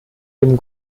dem